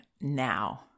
now